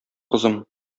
кызым